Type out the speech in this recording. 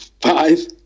five